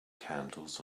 candles